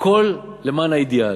הכול למען האידיאל.